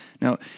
Now